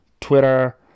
twitter